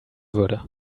würde